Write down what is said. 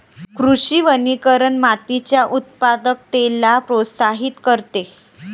कृषी वनीकरण मातीच्या उत्पादकतेला प्रोत्साहित करते